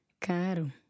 caro